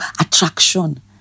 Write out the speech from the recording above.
attraction